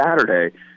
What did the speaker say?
saturday